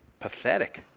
pathetic